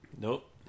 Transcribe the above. Nope